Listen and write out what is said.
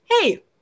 hey